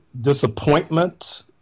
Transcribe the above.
disappointment